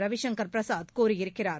ரவிசங்கர் பிரசாத் கூறியிருக்கிறார்